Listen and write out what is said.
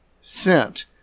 sent